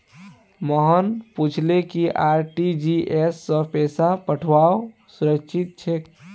मोहन पूछले कि आर.टी.जी.एस स पैसा पठऔव्वा सुरक्षित छेक